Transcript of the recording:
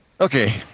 Okay